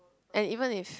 and even if